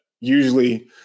usually